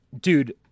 Dude